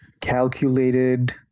calculated